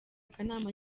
akanama